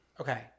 Okay